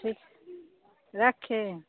ठीक है रखें